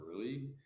early